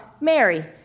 Mary